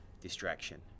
distraction